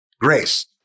Grace